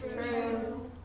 True